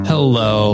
Hello